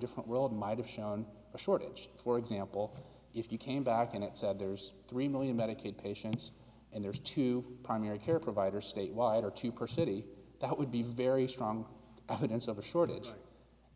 different world might have shown a shortage for example if you came back and it said there's three million medicaid patients and there are two primary care providers statewide or two per city that would be very strong evidence of a shortage